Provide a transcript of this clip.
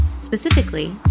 Specifically